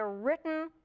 written